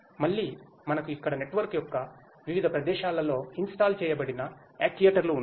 మళ్ళీ మనకు ఇక్కడ నెట్వర్క్ యొక్క వివిధ ప్రదేశాలలో ఇన్స్టాల్ చేయబడిన యాక్యుయేటర్లు ఉన్నాయి